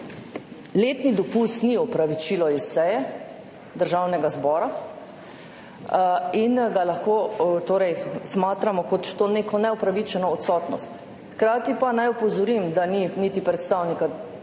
Letni dopust torej ni opravičilo s seje Državnega zbora in ga lahko smatramo kot neko neupravičeno odsotnost. Hkrati pa naj opozorim, da ni niti predstavnika Ministrstva